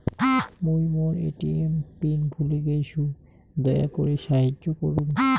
মুই মোর ATM PIN ভুলে গেইসু, দয়া করি সাহাইয্য করুন